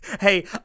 Hey